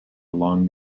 along